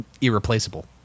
irreplaceable